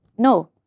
No